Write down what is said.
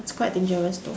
it's quite dangerous though